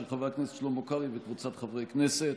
של חבר הכנסת שלמה קרעי וקבוצת חברי הכנסת.